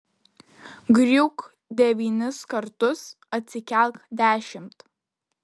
griūk devynis kartus atsikelk dešimt